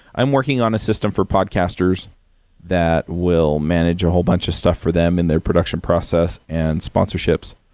i'm working on a system for broadcasters that will manage a whole bunch of stuff for them in their production process and sponsorships.